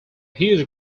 huge